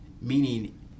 Meaning